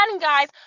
guys